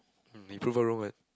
um you prove her wrong and